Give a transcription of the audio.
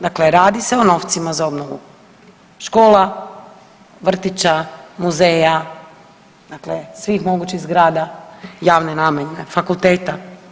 Dakle, radi se o novcima za obnovu škola, vrtića, muzeja, dakle, svih mogućih zgrada javne namjene, fakulteta.